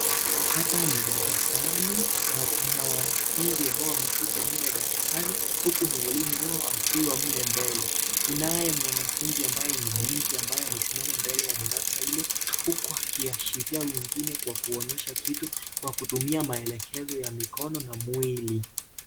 Hapa ni darasani na kuna wanafunzi ambao wameketi mle darasani, huku mwalimu wao akiwa mle mbele. Kunaye mwanafunzi ambaye ni binti ambaye amesimama mbele ya darasa ile, huku akiashiria wengine kwa kuonyesha kitu kwa kutumia maelekezo ya mikono na mwili.